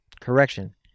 Correction